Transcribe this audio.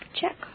check